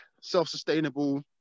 self-sustainable